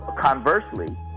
conversely